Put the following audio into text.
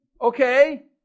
Okay